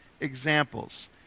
examples